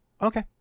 Okay